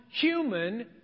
human